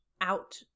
out